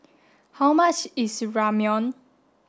how much is Ramyeon